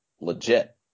legit